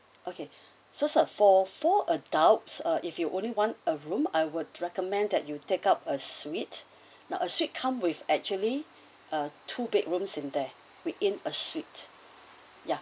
okay so sir for four adults uh if you only want a room I would recommend that you take up a suite now a suite come with actually uh two bedrooms in there within a suite ya